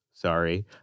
sorry